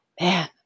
man